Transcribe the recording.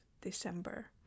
December